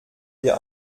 wir